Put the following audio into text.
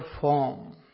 form